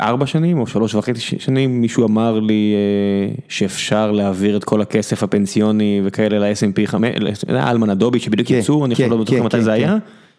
ארבע שנים או שלוש וחצי שנים מישהו אמר לי שאפשר להעביר את כל הכסף הפנסיוני וכאלה ל S&P חמש... הלמן-אלדובי שבדיוק ייצאו. כן כן כן. אני אפילו לא בטוח מתי זה היה